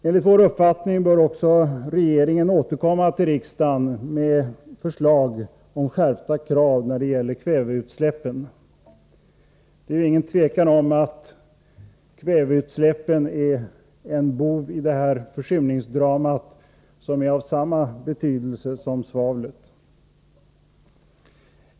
Enligt vår uppfattning bör regeringen återkomma till riksdagen med förslag om skärpta krav när det gäller kväveutsläppen. Utan tvivel är kväveutsläppen en bov i försurningsdramat av samma betydelse som svavlet.